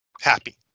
happy